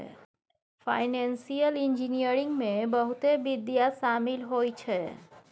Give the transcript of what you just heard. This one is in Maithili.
फाइनेंशियल इंजीनियरिंग में बहुते विधा शामिल होइ छै